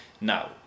Now